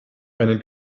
einen